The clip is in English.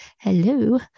hello